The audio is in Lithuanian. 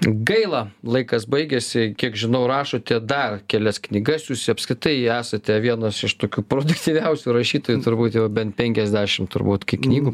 gaila laikas baigėsi kiek žinau rašote dar kelias knygas jūs apskritai esate vienas iš tokių produktyviausių rašytojų turbūt jau bent penkiasdešim turbūt kiek knygų